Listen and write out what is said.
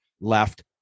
left